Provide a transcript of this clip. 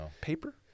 Paper